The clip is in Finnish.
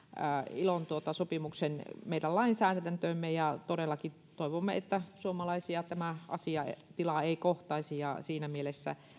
ilon sopimuksen meidän lainsäädäntöömme todellakin toivomme että suomalaisia tämä asiantila ei kohtaisi ja siinä mielessä